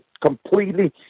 completely